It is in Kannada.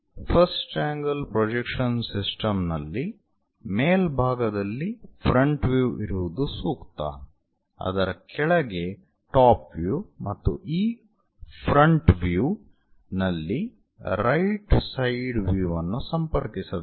ಫಸ್ಟ್ ಆಂಗಲ್ ಪ್ರೊಜೆಕ್ಷನ್ ಸಿಸ್ಟಮ್ ನಲ್ಲಿ ಮೇಲ್ಭಾಗದಲ್ಲಿ ಫ್ರಂಟ್ ವ್ಯೂ ಇರುವುದು ಸೂಕ್ತ ಅದರ ಕೆಳಗೆ ಟಾಪ್ ವ್ಯೂ ಮತ್ತು ಈ ಫ್ರಂಟ್ ವ್ಯೂ ನಲ್ಲಿ ರೈಟ್ ಸೈಡ್ ವ್ಯೂ ಅನ್ನು ಸಂಪರ್ಕಿಸಬೇಕು